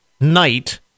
night